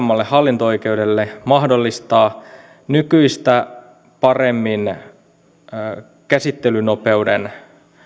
useammalle hallinto oikeudelle mahdollistaa nykyistä paremmin käsittelynopeuden